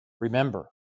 remember